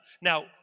Now